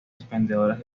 expendedoras